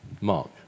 Mark